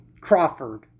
Crawford